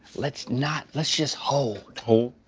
let's not, let's just hold. hold,